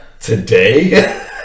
today